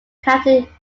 county